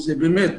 זה באמת